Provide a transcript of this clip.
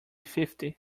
fifty